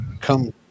Come